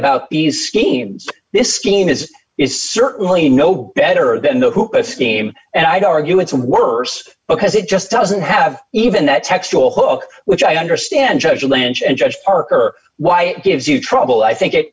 about ease schemes this scheme is is certainly no better than the hoopa scheme and i'd argue it's worse because it just doesn't have even that textual hook which i understand judge lanch and judge parker why it gives you trouble i think it